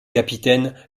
capitaine